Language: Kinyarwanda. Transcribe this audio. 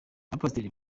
abapasiteri